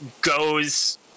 goes